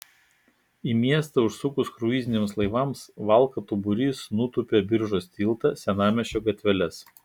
į miestą užsukus kruiziniams laivams valkatų būrys nutūpia biržos tiltą senamiesčio gatveles